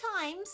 times